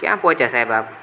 ક્યાં પહોંચ્યા સાહેબ આપ